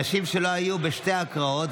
בעד אלה אנשים שלא היו בשתי ההצבעות,